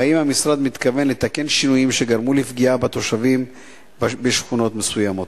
והאם המשרד מתכוון לתקן שינויים שגרמו לפגיעה בתושבים בשכונות מסוימות?